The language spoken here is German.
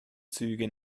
züge